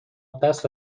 قصد